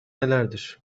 nelerdir